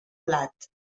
blat